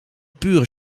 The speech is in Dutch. pure